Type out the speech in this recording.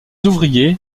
ouvriers